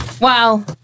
Wow